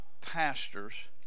pastors